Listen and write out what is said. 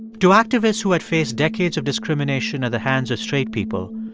to activists who had faced decades of discrimination at the hands of straight people,